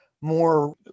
more